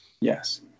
Yes